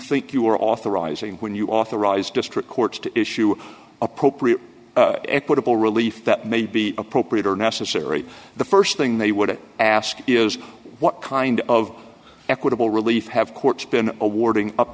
think you were authorizing when you authorize district court to issue appropriate equitable relief that may be appropriate or necessary the st thing they would ask is what kind of equitable relief have courts been awarding up